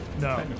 No